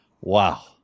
wow